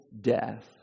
death